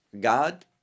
God